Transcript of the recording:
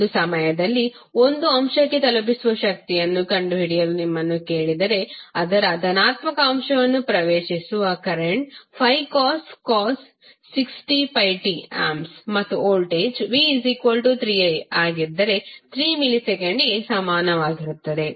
ಒಂದು ಸಮಯದಲ್ಲಿ ಒಂದು ಅಂಶಕ್ಕೆ ತಲುಪಿಸುವ ಶಕ್ತಿಯನ್ನು ಕಂಡುಹಿಡಿಯಲು ನಿಮ್ಮನ್ನು ಕೇಳಿದರೆ ಅದರ ಧನಾತ್ಮಕ ಅಂಶವನ್ನು ಪ್ರವೇಶಿಸುವ ಕರೆಂಟ್ 5cos 60πt A ಮತ್ತು ವೋಲ್ಟೇಜ್ v3i ಆಗಿದ್ದರೆ 3 ಮಿಲಿಸೆಕೆಂಡಿಗೆ ಸಮಾನವಾಗಿರುತ್ತದೆ